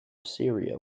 syria